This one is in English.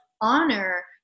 honor